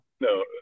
No